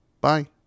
Bye